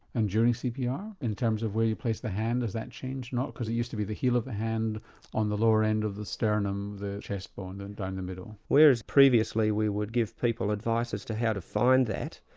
and during cpr, in terms of where you place the hand, has that changed or not? because it used to be the heel of the hand on the lower end of the sternum, the chest bone and down the middle. whereas previously we would give people advice as to how to find that,